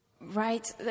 Right